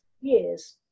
years